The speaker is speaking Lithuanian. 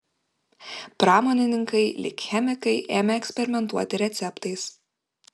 pramonininkai lyg chemikai ėmė eksperimentuoti receptais